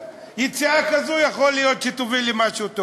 יציאה כזו, יכול להיות שתוביל למשהו טוב.